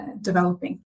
developing